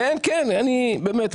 כן, באמת.